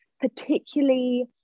particularly